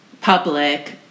public